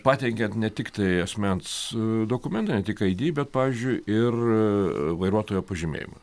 pateikiant ne tiktai asmens dokumentą ne tik id bet pavyzdžiui ir vairuotojo pažymėjimą